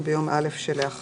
התשל"ה 1975,